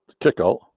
kickout